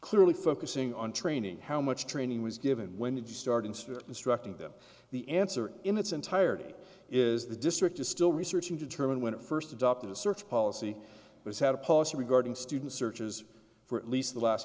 clearly focusing on training how much training was given when to start and still instructing them the answer in its entirety is the district is still research and determined when it first adopted a search policy which had a policy regarding student searches for at least the last